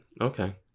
Okay